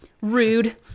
Rude